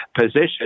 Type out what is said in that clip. position